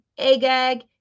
Agag